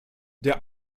der